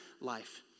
life